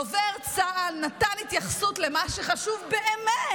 דובר צה"ל נתן התייחסות למה שחשוב באמת,